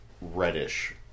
reddish